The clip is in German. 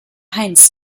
heinz